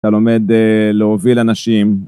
אתה לומד להוביל אנשים.